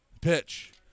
Pitch